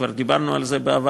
כבר דיברנו על זה בעבר,